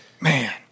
Man